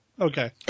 Okay